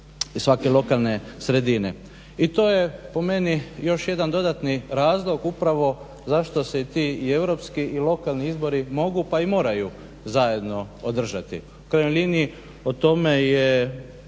I to je po meni još jedan dodatni razlog upravo zašto se i ti europski i lokalni izbori mogu pa i moraju zajedno održati, u krajnjoj liniji o tome je